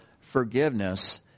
forgiveness